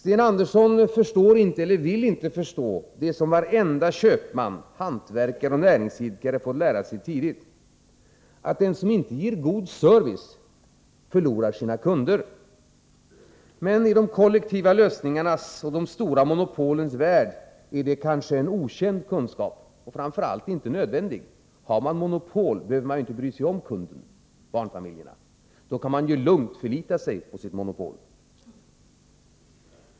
Sten Andersson förstår inte eller vill inte förstå det som varenda köpman, hantverkare och näringsidkare fått lära sig tidigt: Den som inte ger god service förlorar sina kunder. Men i de kollektiva lösningarnas och de stora monopolens värld är detta kanske en okänd kunskap och framför allt inte nödvändig. Har man monopol behöver man ju inte bry sig om kunderna, barnfamiljerna. Då kan man ju lugnt förlita sig på sitt monopol.